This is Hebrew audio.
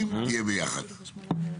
כדי לבחור,